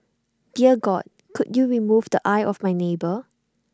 dear God could you remove the eye of my neighbour